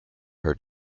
her